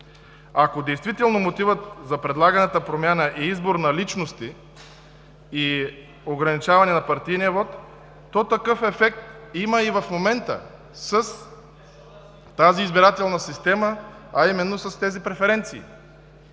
Ако действително мотивът на предлаганата промяна е избор на личности и ограничаване на партийния вот, то такъв ефект има и в момента с тази избирателна система, а именно с преференциите.